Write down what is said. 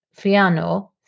fiano